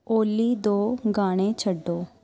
ਓਲੀ ਦੋ ਗਾਣੇ ਛੱਡੋ